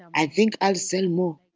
i think i'll sell more.